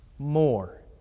More